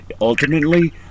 ultimately